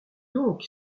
donc